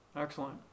Excellent